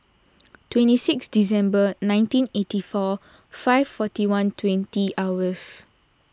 twenty six December nineteen eighty four five forty one twenty hours